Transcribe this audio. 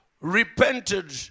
repented